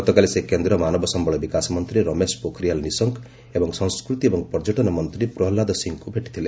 ଗତକାଲି ସେ କେନ୍ଦ୍ର ମାନବ ସମ୍ଭଳ ବିକାଶ ମନ୍ତ୍ରୀ ରମେଶ ପୋଖରିଆଲ ନିଶଙ୍କ ଏବଂ ସଂସ୍କୃତି ଏବଂ ପର୍ଯ୍ୟଟନ ମନ୍ତ୍ରୀ ପ୍ରହଲ୍ଲାଦ ସିଂହ ପଟେଲ୍ଙ୍କୁ ଭେଟିଥିଲେ